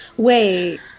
Wait